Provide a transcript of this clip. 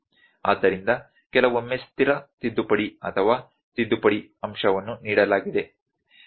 ಆದ್ದರಿಂದ ಕೆಲವೊಮ್ಮೆ ಸ್ಥಿರ ತಿದ್ದುಪಡಿ ಅಥವಾ ತಿದ್ದುಪಡಿ ಅಂಶವನ್ನು ನೀಡಲಾಗಿದೆ